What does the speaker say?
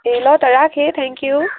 ए ल त राखेँ थ्याङ्क यू